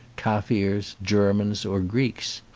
kaffirs, germans, or greeks.